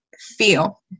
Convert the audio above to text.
feel